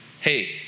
Hey